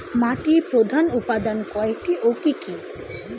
মাটির প্রধান উপাদান কয়টি ও কি কি?